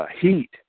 heat